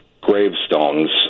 gravestones